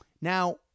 Now